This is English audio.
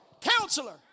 Counselor